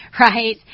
right